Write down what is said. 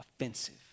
offensive